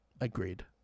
Agreed